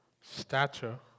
stature